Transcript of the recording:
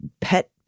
pet